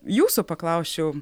jūsų paklausčiau